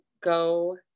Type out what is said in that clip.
go